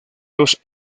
dos